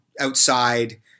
outside